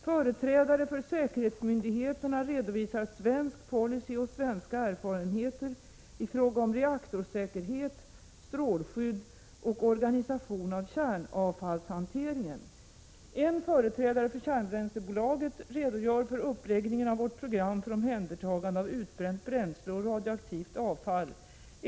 Företrädare för säkerhetsmyndigheterna redovisar svensk policy och svenska erfarenheter i fråga om reaktorsäkerhet, strålskydd och organisation av kärnavfallshanteringen. En företrädare för kärnbränslebolaget redogör för uppläggningen av vårt program för omhändertagande av utbränt bränsle och radioaktivt avfall.